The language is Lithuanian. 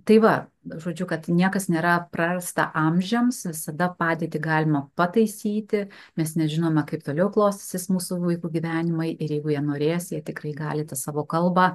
tai va žodžiu kad niekas nėra prarasta amžiams visada padėtį galima pataisyti mes nežinome kaip toliau klostysis mūsų vaikų gyvenimai ir jeigu jie norės jie tikrai gali tą savo kalbą